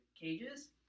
cages